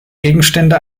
gegenstände